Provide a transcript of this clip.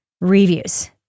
reviews